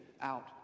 out